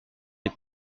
les